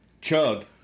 chug